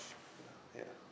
yeah